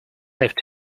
lived